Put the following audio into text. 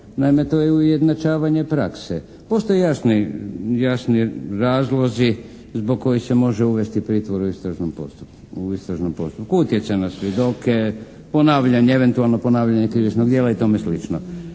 Naime, to je i ujednačavanje prakse. Postoje jasni razlozi zbog kojih se može uvesti pritvor u istražnom postupku, utjecaj na svjedoke, eventualno ponavljanje krivičnom djela i tome slično.